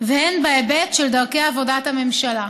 והן בהיבט של דרכי עבודת הממשלה.